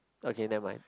okay never mind